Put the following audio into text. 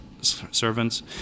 servants